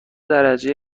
درجه